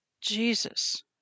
Jesus